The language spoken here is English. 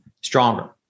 stronger